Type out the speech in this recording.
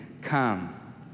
Come